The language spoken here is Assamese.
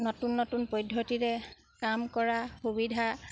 নতুন নতুন পদ্ধতিৰে কাম কৰা সুবিধা